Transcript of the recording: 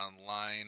online